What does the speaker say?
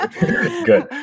Good